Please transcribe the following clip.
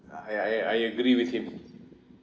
I I I agree with him